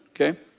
okay